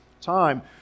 time